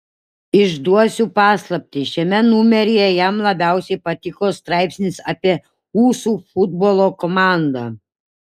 išduosiu paslaptį šiame numeryje jam labiausiai patiko straipsnis apie usų futbolo komandą